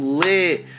lit